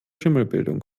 schimmelbildung